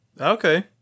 Okay